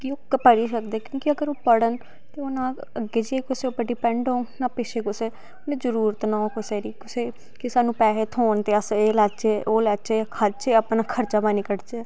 कि ओह् पढ़ी सकदे क्योंकि अगर ओह् पढ़न ते ओह् ना गै अग्गै जाइयै कुसै पर डिपैंड होन पिच्छे कुछ जरूरत ना हो कुसै दी कुसै पैसे थ्होन ते अस एह् लैच्चे ओह् लैच्चे खर्चे अपने खर्चा पानी कढचै